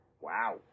Wow